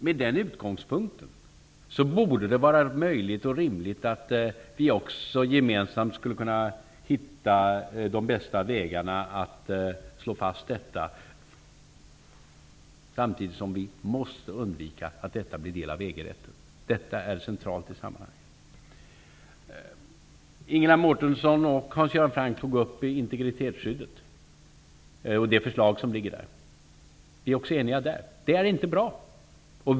Med den utgångspunkten borde det vara möjligt och rimligt att vi också gemensamt skulle kunna hitta de bästa vägarna att slå fast detta, samtidigt som vi måste undvika att det blir del av EG-rätten. Detta är centralt i sammanhanget. Ingela Mårtensson och Hans Göran Franck tog upp integritetsskyddet och det förslag som har lagts fram. Också där är vi eniga. Förslaget är inte bra.